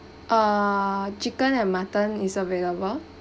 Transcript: err chicken and mutton is available